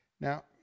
Now